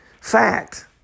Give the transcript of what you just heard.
fact